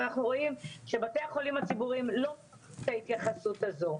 אבל אנחנו רואים שבתי החולים הציבוריים לא מקבלים את ההתייחסות הזו.